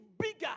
bigger